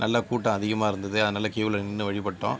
நல்லா கூட்டம் அதிகமாக இருந்தது அதனால் க்யூவில் நின்று வழிபட்டோம்